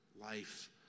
life